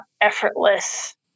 effortless